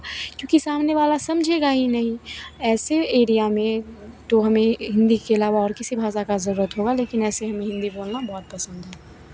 क्योंकि सामने वाला समझेगा ही नहीं ऐसे एरिया में तो हमें हिन्दी के अलावा और किसी भाषा का ज़रुरत होगा लेकिन ऐसे में हमें हिन्दी बोलना बहुत पसंद है